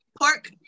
pork